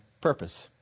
purpose